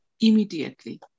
immediately